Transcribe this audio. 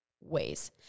ways